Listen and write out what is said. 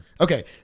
Okay